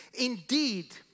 Indeed